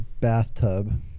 bathtub